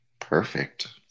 Perfect